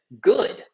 Good